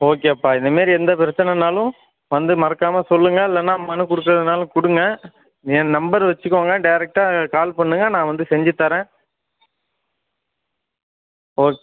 ஓகேப்பா இந்த மாரி எந்த பிரச்சனன்னாலும் வந்து மறக்காமல் சொல்லுங்கள் இல்லைன்னா மனு கொடுக்கறதுனாலும் கொடுங்க ஏன் நம்பர் வச்சுக்கோங்க டேரக்ட்டாக கால் பண்ணுங்கள் நான் வந்து செஞ்சித்தரேன் ஓக்